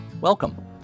Welcome